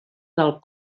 del